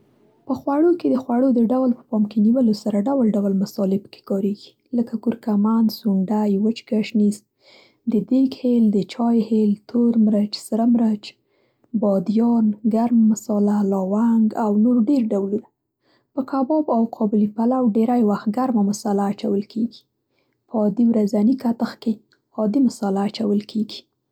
په خوړو کې د خوړو د ډول په پام کې نیولو سره ډول ډول مصالې په کې کارېږي، لکه کورکمند، سونډی، وچ ګشنیز، د دېګ هېل، د چای هېل، تور مرچ، سره مرچ، بادیان، ګرمه مصاله، لاونګ او نور ډېر ډولونه. په کباب او قابلي پلو ډېری وخت ګرمه مصاله اچول کېږي. په عادي ورځني کتخ کې عادي مصاله اچول کېږي.